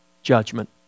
Judgment